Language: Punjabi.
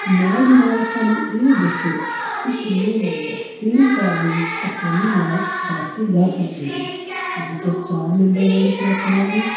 ਨਾਲ ਦੀ ਨਾਲ ਸਾਨੂੰ ਇਹ ਵੀ ਦੱਸੋ ਕਿ ਕਿੰਨੇ ਮੈਂਬਰ ਕਿਹੜੀ ਕੈਬ ਦੇ ਵਿੱਚ ਆਸਾਨੀ ਨਾਲ ਬੈਠ ਕੇ ਜਾ ਸਕਦੇ ਨੇ ਜੇਕਰ ਚਾਰ ਮੈਂਬਰਾਂ ਵਾਲੀ ਕੈਬ ਕਰਾਂਗੇ